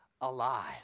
alive